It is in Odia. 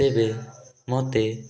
ତେବେ ମୋତେ